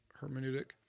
hermeneutic